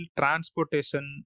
transportation